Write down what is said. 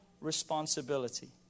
responsibility